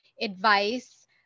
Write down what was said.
advice